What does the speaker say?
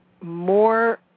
more